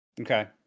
Okay